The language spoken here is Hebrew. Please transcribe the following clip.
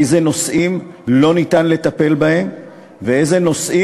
באיזה נושאים לא ניתן לטפל ואיזה נושאים